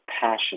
passion